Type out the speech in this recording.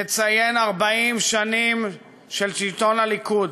נציין 40 שנים של שלטון הליכוד.